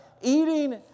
eating